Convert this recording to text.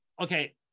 Okay